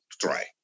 try